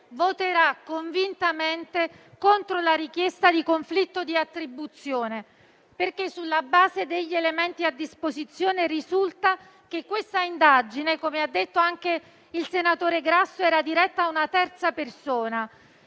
voterà convintamente contro la richiesta di conflitto di attribuzione, perché sulla base degli elementi a disposizione risulta che questa indagine - come ha detto anche il senatore Grasso - era diretta a una terza persona.